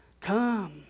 come